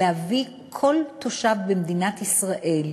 להביא כל תושב במדינת ישראל,